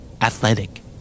Athletic